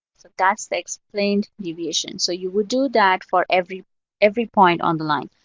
so that's the explained deviation. so you would do that for every every point on the line.